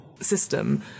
system